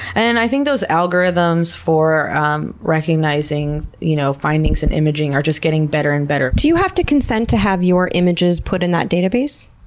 and i think those algorithms for recognizing, you know, findings in imaging are just getting better and better. do you have to consent to have your images put in that database?